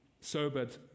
sobered